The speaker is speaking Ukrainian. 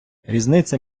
різниця